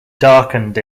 darkened